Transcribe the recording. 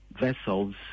vessels